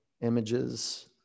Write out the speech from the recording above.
images